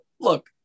look